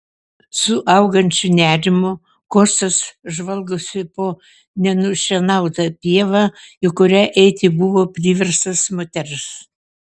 su augančiu nerimu kostas žvalgosi po nenušienautą pievą į kurią eiti buvo priverstas moters